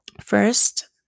first